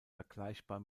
vergleichbar